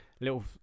little